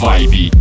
Vibe